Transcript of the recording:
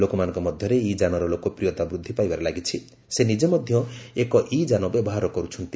ଲୋକମାନଙ୍କ ମଧ୍ୟରେ ଇ ଯାନର ଲୋକପ୍ରିୟତା ବୃଦ୍ଧି ପାଇବାରେ ଲାଗିଛି ଓ ସେ ନିଜେ ମଧ୍ୟ ଏକ ଇ ଯାନ ବ୍ୟବହାର କରୁଛନ୍ତି